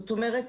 זאת אומרת,